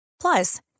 Plus